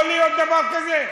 יכול להיות דבר כזה?